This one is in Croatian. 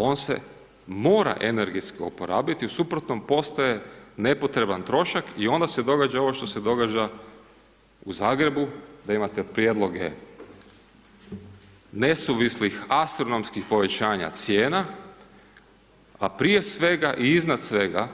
On se mora energetski uporabiti, u suprotnom postaje nepotreban trošak i onda se događa ovo što se događa u Zagrebu, da imate prijedloge nesuvislih, astronomskih povećanja cijena a prije svega i iznad svega